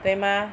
对 mah